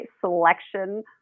selection